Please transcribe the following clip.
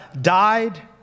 died